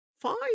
Fine